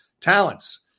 talents